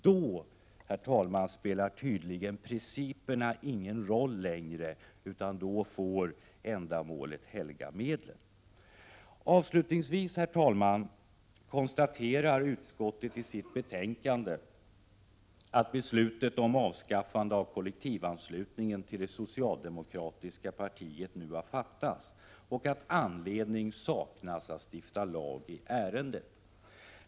Då, herr talman, spelar principerna tydligen ingen roll längre, utan då får ändamålet helga medlen. Avslutningsvis konstaterar utskottet i sitt betänkande att beslut om avskaffande av kollektivanslutningen till det socialdemokratiska partiet nu har fattats och att anledning saknas att stifta lag i ärendet.